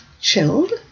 chilled